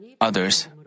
others